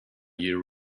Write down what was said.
year